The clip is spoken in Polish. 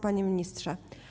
Panie Ministrze!